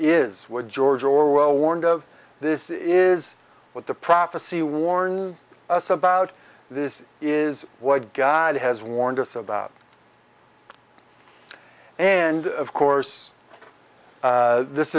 is what george orwell warned of this is what the prophesy warn us about this is what god has warned us about and of course this